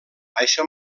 això